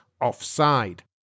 offside